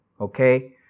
Okay